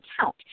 count